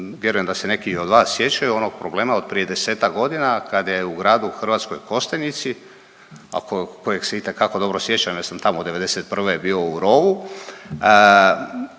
vjerujem da se neki i od vas sjećaju onog problema od prije desetak godina kada je u Gradu Hrvatskoj Kostajnici, a kojeg se itekako dobro sjećam ja sam tamo '91. bio u rovu,